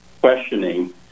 questioning